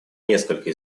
несколько